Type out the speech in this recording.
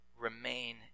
remain